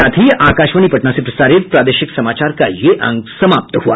इसके साथ ही आकाशवाणी पटना से प्रसारित प्रादेशिक समाचार का ये अंक समाप्त हुआ